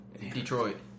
Detroit